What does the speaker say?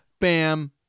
bam